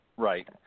Right